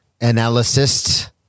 analyst